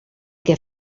que